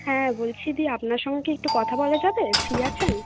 হ্যাঁ বলছি দি আপনার সঙ্গে কি একটু কথা বলা যাবে ফ্রি আছেন